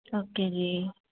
okay ਜੀ